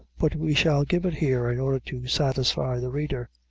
but we shall give it here in order to satisfy the reader.